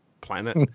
planet